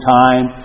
time